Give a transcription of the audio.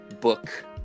book